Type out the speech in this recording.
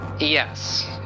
Yes